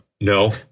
No